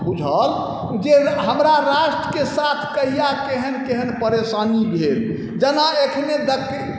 बुझल जे हमरा राष्ट्रके साथ कहिआ केहन केहन परेशानी भेल जेना एखने